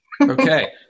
Okay